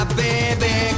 baby